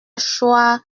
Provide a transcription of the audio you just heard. choir